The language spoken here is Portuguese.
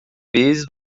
vezes